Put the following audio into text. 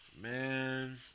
Man